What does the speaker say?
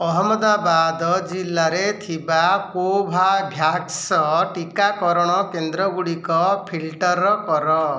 ଅହମ୍ମଦାବାଦ ଜିଲ୍ଲାରେ ଥିବା କୋଭାଭ୍ୟାକ୍ସ ଟିକାକରଣ କେନ୍ଦ୍ରଗୁଡ଼ିକ ଫିଲଟର କର